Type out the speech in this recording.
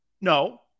No